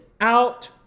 out